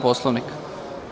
Poslovnika.